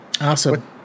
Awesome